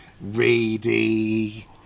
Reedy